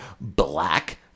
black